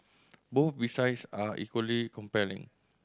both besides are equally compelling